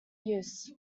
use